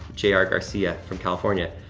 j r. garcia from california.